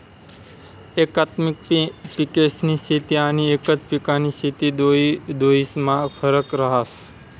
एकात्मिक पिकेस्नी शेती आनी एकच पिकनी शेती दोन्हीस्मा फरक रहास